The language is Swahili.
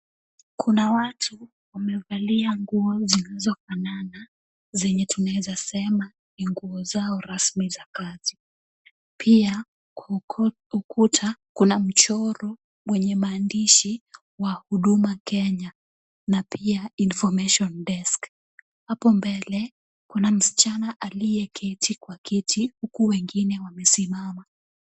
Kuna watu wamevalia nguo zilizofanana zenye tunaweza sema ni nguo zao rasmi za kazi. Pia, ukuta kuna mchoro wenye maandishi wa Huduma Kenya na pia information desk . Hapo mbele, kuna msichana aliyeketi kwa kiti huku wengine wamesimama.